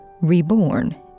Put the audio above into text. reborn